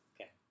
Okay